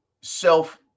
self